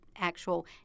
actual